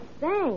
thanks